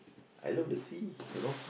I love the sea you know